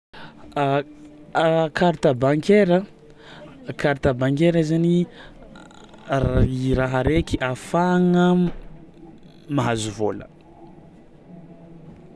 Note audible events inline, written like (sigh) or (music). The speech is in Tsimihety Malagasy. (hesitation) Carte bancaire a, carte bancaire zany ra- i raha araiky ahafahagna mahazo vôla.